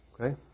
okay